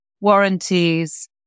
warranties